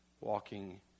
Walking